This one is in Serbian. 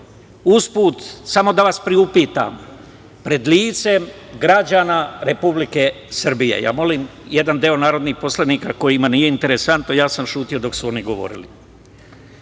usput samo da vas priupitam, pred licem građana Republike Srbije. Ja molim jedan deo narodnih poslanika kojima nije interesantno, ja sam ćutao dok su oni govorili. Gospodine